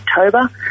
October